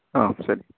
അ ശരി